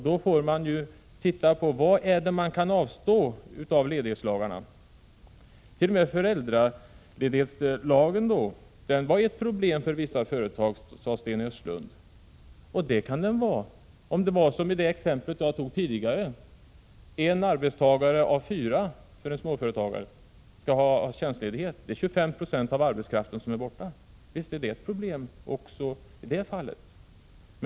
Då får vi se vad det är i ledighetslagarna som man kan avstå. Även föräldraledighetslagen är ju enligt Sten Östlund ett problem för vissa företag. Ja, det kan den vara om det förhåller sig som i det exempel som jag tidigare tog upp: en arbetstagare av fyra hos en småföretagare skall ha tjänstledighet. Detta innebär att 25 26 av arbetskraften försvinner. Visst blir det problem i det fallet.